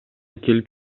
келип